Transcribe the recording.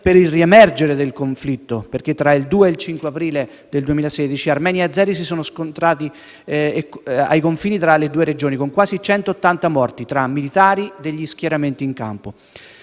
per il riemergere del conflitto; infatti, tra il 2 e il 5 aprile 2016, armeni e azeri si sono scontrati ai confini tra le due regioni, con quasi 180 morti tra i militari degli schieramenti in campo.